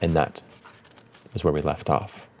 and that was where we left off.